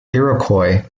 iroquois